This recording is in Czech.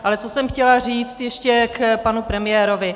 Ale co jsem chtěla říct ještě k panu premiérovi.